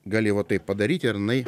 gali vat taip padaryti ir jinai